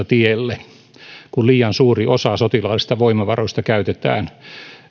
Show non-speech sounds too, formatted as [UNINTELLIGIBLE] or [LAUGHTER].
[UNINTELLIGIBLE] tielle kun liian suuri osa sotilaallisista voimavaroista käytetään